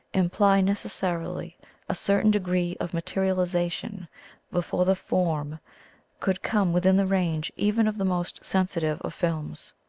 imply necessarily a certain de gree of materialization before the form could come within the range even of the most sensitive of films.